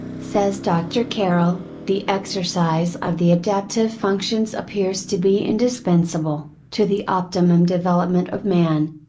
says doctor carrel, the exercise of the adaptive functions appears to be indispensable, to the optimum development of man.